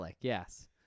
yes